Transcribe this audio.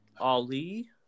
Ali